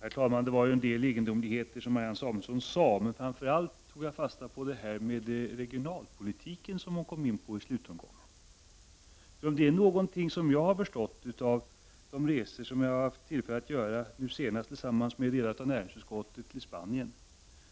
Herr talman! Det var ju en del egendomligheter Marianne Samuelsson sade. Framför allt tog jag dock fasta på det hon i slutomgången sade om re . gionialpolitiken. Om det är någonting jag har förstått av de resor jag har haft tillfälle att göra, nu senast tillsammans med delar av näringsutskottet till Spanien,